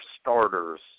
starters